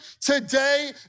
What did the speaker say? today